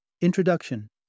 Introduction